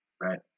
right